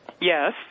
Yes